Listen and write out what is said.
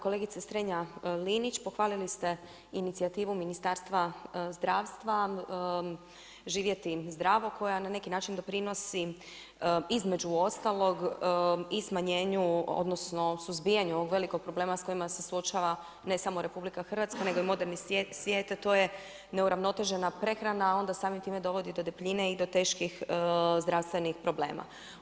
Kolegice Strenja-Linić, pohvalili ste inicijativu Ministarstva zdravstva, živjeti zdravo koja na neki način doprinositi, između ostalog i smanjenju odnosno suzbijanju ovog velikog problema s kojima se suočava ne samo RH nego i moderni svijet, a to je neuravnotežena prehrana, a onda samim time dovodi do debljine i do teških zdravstvenih problema.